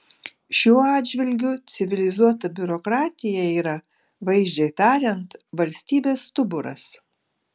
šiuo atžvilgiu civilizuota biurokratija yra vaizdžiai tariant valstybės stuburas